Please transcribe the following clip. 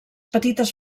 petites